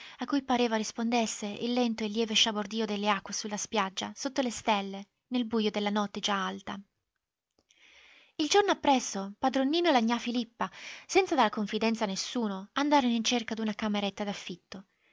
a cui pareva rispondesse il lento e lieve sciabordio delle acque sulla spiaggia sotto le stelle nel bujo della notte già alta il giorno appresso padron nino e la gnà filippa senza dar confidenza a nessuno andarono in cerca d'una cameretta d'affitto